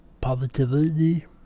positivity